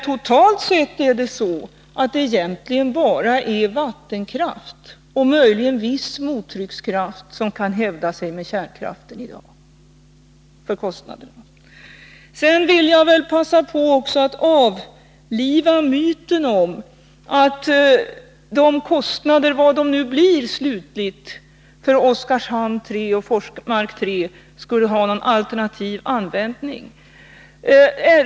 Totalt sett är det egentligen bara vattenkraft och möjligen viss mottryckskraft som i dag kan hävda sig i konkurrens med kärnkraften när det gäller kostnader. Sedan vill jag passa på att avliva myten om att det för kostnaderna för Oskarshamn 3 och Forsmark 3 — oberoende av hur stora de slutligen blir — skulle finnas någon alternativ användning.